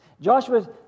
Joshua